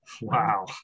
Wow